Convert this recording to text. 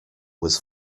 was